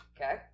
okay